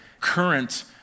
current